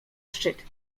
szczyt